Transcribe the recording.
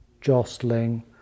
jostling